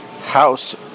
house